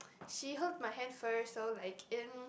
she hold my hand first so like in